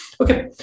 Okay